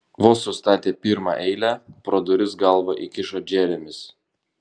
vos sustatė pirmą eilę pro duris galvą įkišo džeremis